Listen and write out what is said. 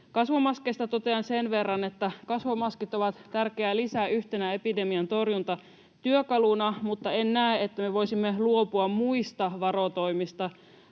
Kasvomaskeista totean sen verran, että kasvomaskit ovat tärkeä lisä yhtenä epidemian torjuntatyökaluna, mutta en näe, että me voisimme luopua muista varotoimista